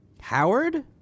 Howard